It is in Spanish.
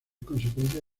consecuencia